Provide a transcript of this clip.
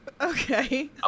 okay